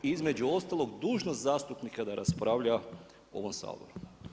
Između ostalog dužnost zastupnika da raspravlja u ovom Saboru.